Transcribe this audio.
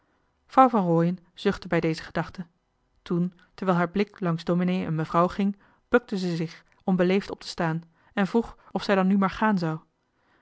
vrouw van rooien zuchtte bij deze gedachte toen terwijl haar blik langs domenee en mevrouw ging bukte ze zich om beleefd op te staan en vroeg of zij dan nu maar gaan zou